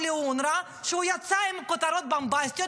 לאונר"א כשהוא יוצא עם כותרות בומבסטיות,